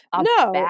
no